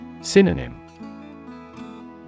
Synonym